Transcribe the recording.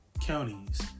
counties